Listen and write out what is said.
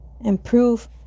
improve